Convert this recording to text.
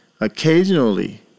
Occasionally